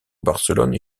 barcelone